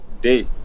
day